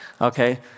okay